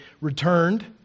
returned